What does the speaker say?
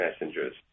messengers